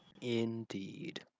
Indeed